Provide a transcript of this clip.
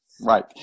Right